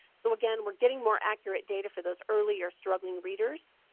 so again we're getting more accurate data for those early or struggling readers.